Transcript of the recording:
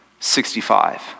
65